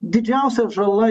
didžiausia žala